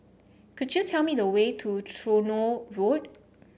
could you tell me the way to Tronoh Road